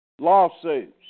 Lawsuits